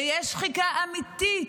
ויש שחיקה אמיתית,